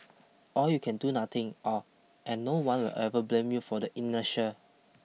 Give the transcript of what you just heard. or you can do nothing or and no one will ever blame you for the inertia